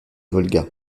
volga